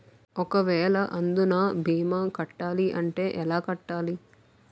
ఒక వేల అందునా భీమా కట్టాలి అంటే ఎలా కట్టాలి?